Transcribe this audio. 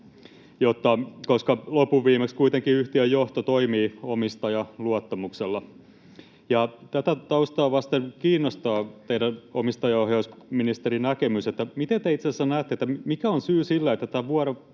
koska lopunviimeksi kuitenkin yhtiön johto toimii omistajaluottamuksella. Tätä taustaa vasten kiinnostaa teidän, omistajaohjausministeri, näkemyksenne, miten te itse asiassa näette sen, mikä on syy sille, että tätä